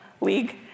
League